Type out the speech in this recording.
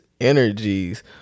energies